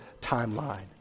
timeline